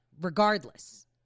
regardless